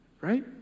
right